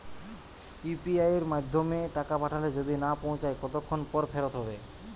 UPI য়ের মাধ্যমে টাকা পাঠালে যদি না পৌছায় কতক্ষন পর ফেরত হবে?